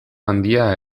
handia